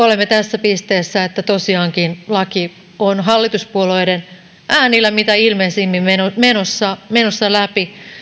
olemme tässä pisteessä että tosiaankin laki on hallituspuolueiden äänillä mitä ilmeisimmin menossa menossa läpi